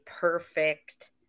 perfect